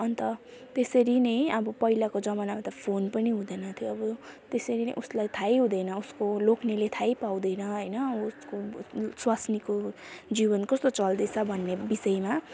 अन्त त्यसरी नै अब पहिलाको जमानामा त फोन पनि हुँदैन थियोअब त्यसरी नै उसलाई थाहै हुँदैन उसको लोग्नेले थाहै पाउँदैन होइन उसको स्वास्नीको जीवन कस्तो चल्दैछ भन्ने विषयमा